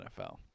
NFL